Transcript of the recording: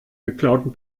geklauten